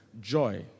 joy